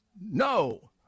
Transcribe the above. no